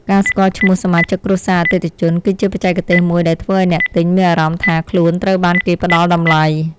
ការស្គាល់ឈ្មោះសមាជិកគ្រួសារអតិថិជន គឺជាបច្ចេកទេសមួយដែលធ្វើឱ្យអ្នកទិញមានអារម្មណ៍ថាខ្លួនត្រូវបានគេផ្ដល់តម្លៃ។